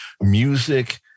music